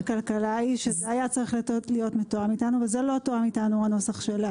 זה לא תואם איתנו, הנוסח לא